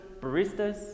baristas